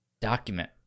document